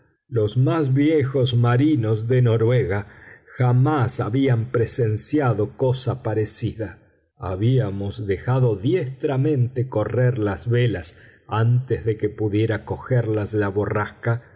las más viejos marinos de noruega jamás habían presenciado cosa parecida habíamos dejado diestramente correr las velas antes de que pudiera cogerlas la borrasca